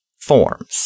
forms